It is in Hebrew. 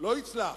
לא יצלח.